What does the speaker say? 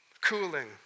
cooling